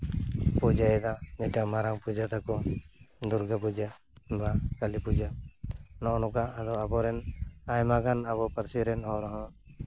ᱯᱩᱡᱟᱹᱭᱮᱫᱟ ᱢᱤᱫᱴᱮᱱ ᱢᱟᱨᱟᱝ ᱯᱩᱡᱟᱹ ᱛᱟᱠᱚ ᱫᱩᱨᱜᱟᱹ ᱯᱩᱡᱟᱹ ᱠᱟᱹᱞᱤ ᱯᱩᱡᱟᱹ ᱱᱚᱜᱼᱚᱭ ᱱᱚᱝᱠᱟ ᱟᱫᱚ ᱟᱵᱚᱨᱮᱱ ᱟᱭᱢᱟ ᱜᱟᱱ ᱟᱵᱚ ᱯᱟᱹᱨᱥᱤ ᱨᱮᱱ ᱦᱚᱲ ᱦᱚᱸ